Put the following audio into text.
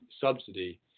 subsidy